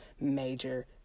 major